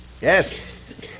Yes